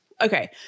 Okay